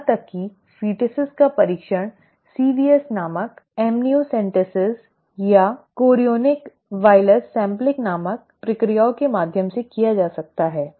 यहां तक कि भ्रूणों का परीक्षण CVS नामक एमनियोसेंटेसिस या कोरियोनिक विलस सैंपलिंग नामक प्रक्रियाओं के माध्यम से किया जा सकता है